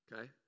Okay